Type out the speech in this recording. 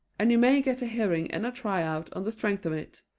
and you may get a hearing and a tryout on the strength of it.